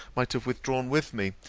might have withdrawn with me,